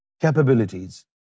capabilities